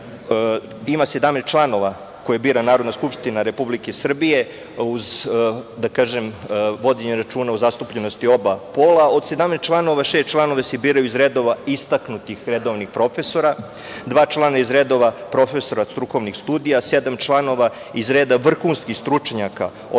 Ima 17 članova koje bira Narodna skupština Republike Srbije uz vođenje računa o zastupljenosti oba pola. Od 17 članova šest članova se biraju iz redova istaknutih redovnih profesora, dva člana iz redova profesora strukovnih studija, sedam članova iz reda vrhunskih stručnjaka, odnosno